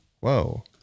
Whoa